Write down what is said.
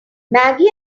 maggie